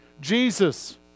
Jesus